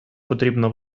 потрібно